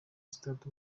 stade